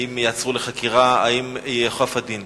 האם ייעצרו לחקירה, האם ייאכף הדין?